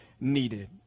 needed